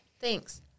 Thanks